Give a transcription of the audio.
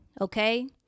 Okay